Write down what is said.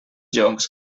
joncs